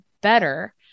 better